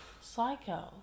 Psycho